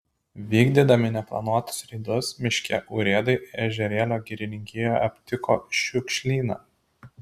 vykdydami neplanuotus reidus miškų urėdai ežerėlio girininkijoje aptiko šiukšlyną